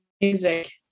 music